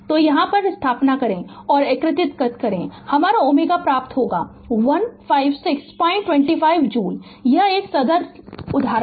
तो यहाँ स्थानापन्न करें और एकीकृत करें हमारा ओमेगा प्राप्त होगा 15625 जूल यह एक सरल उदाहरण सरल उदाहरण है